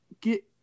get